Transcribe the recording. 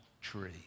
tree